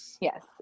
Yes